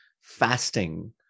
fasting